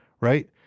Right